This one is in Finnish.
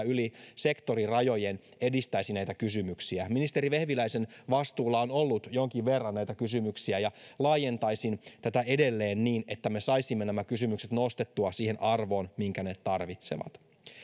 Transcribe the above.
yli sektorirajojen edistäisi näitä kysymyksiä ministeri vehviläisen vastuulla on ollut jonkin verran näitä kysymyksiä ja laajentaisin tätä edelleen niin että me saisimme nämä kysymykset nostettua siihen arvoon minkä ne tarvitsevat